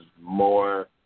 more